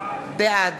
בעד